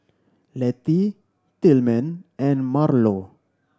Letty Tillman and Marlo